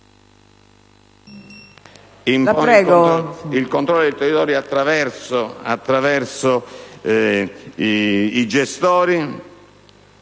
il controllo del territorio attraverso i gestori,